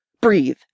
Breathe